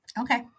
Okay